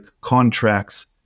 contracts